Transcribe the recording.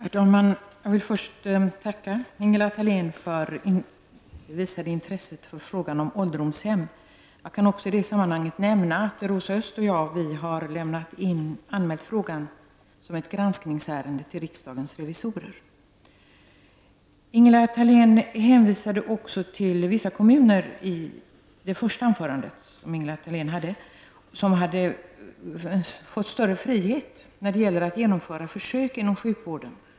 Herr talman! Jag vill först tacka Ingela Thalén för det visade intresset för frågan om ålderdomshem. Jag kan också i det sammanhanget nämna att Rosa Östh och jag har anmält frågan som ett granskningsärende till riksdagens revisorer. Ingela Thalén hänvisade i sitt första anförande också till vissa kommuner som hade fått större frihet att genomföra försök inom sjukvården.